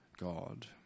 God